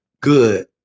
good